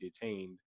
detained